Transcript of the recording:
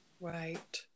Right